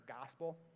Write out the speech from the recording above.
gospel